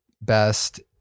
best